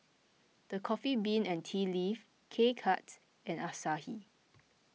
the Coffee Bean and Tea Leaf K Cuts and Asahi